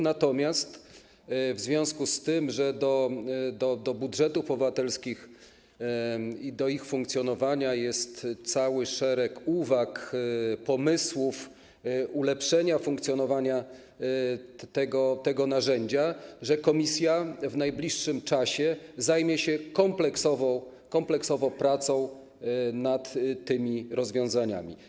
Natomiast w związku z tym, że do budżetów obywatelskich i do ich funkcjonowania jest cały szereg uwag, pomysłów na ulepszenie funkcjonowania tego narzędzia, komisja w najbliższym czasie zajmie się kompleksowo pracą nad tymi rozwiązaniami.